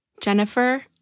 Jennifer